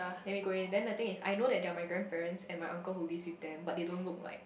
then we go in then the thing is I know that they are my grandparents and my uncle who lives with them but they don't look like